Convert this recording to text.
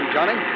Johnny